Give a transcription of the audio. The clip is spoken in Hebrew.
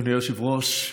אדוני היושב-ראש,